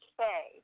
say